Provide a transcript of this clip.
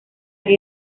gran